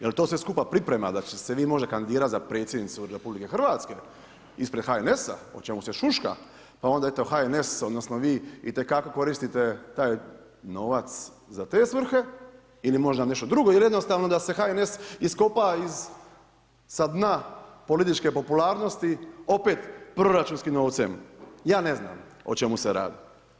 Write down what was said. Jel to sve skupa priprema da ćete se vi možda kandidirat možda za predsjednicu RH ispred HNS-a o čemu se šuška, pa onda eto HNS, odnosno vi itekako koristite taj novac za te svrhe ili možda nešto drugo ili jednostavno da se HNS iskopa sa dna političke popularnosti, opet proračunskim novcem, ja ne znam o čemu se radi.